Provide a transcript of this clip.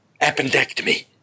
appendectomy